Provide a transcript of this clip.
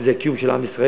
שזה הקיום של עם ישראל,